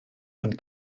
und